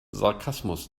sarkasmus